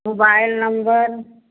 mobile number